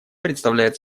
представляет